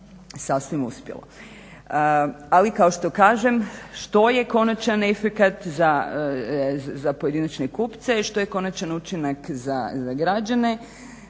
sasvim uspjelo. Ali kao što kažem što je konačan efekat za pojedinačne kupce, što je konačan učinak za građane